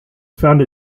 found